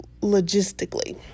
logistically